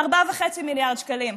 4.5 מיליארד שקלים.